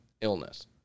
illness